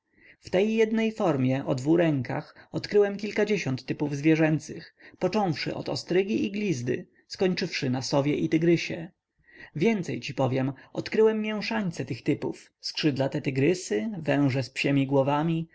w tej jednej formie o dwu rękach odkryłem kilkadziesiąt typów zwierzęcych począwszy od ostrygi i glisty skończywszy na sowie i tygrysie więcej ci powiem odkryłem mięszańce tych typów skrzydlate tygrysy węże z psiemi głowami